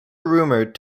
rumored